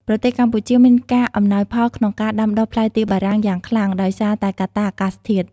ប្រទេសកម្ពុជាមានការអំណោយផលក្នុងការដាំដុះផ្លែទៀបបារាំងយ៉ាងខ្លាំង ដោយសារតែកត្តាអាកាសធាតុ។